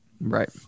Right